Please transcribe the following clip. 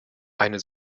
eine